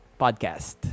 podcast